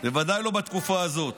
בוודאי לא בתקופה הזאת.